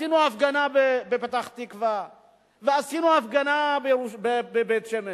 עשינו הפגנה בפתח-תקווה ועשינו הפגנה בבית-שמש,